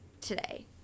today